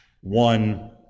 one